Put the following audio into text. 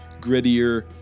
grittier